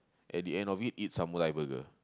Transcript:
at the end of it eat samurai burger